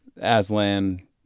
Aslan